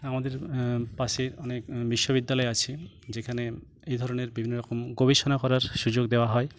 আমাদের পাশে অনেক বিশ্ববিদ্যালয় আছে যেখানে এই ধরনের বিভিন্ন রকম গবেষণা করার সুযোগ দেওয়া হয়